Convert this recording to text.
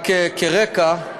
רק כרקע,